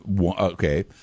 okay